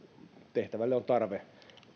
tehtävälle on tarve